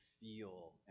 Feel